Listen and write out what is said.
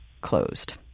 closed